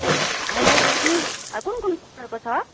ए highlighter नि कुन कुन कलरको छ